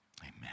Amen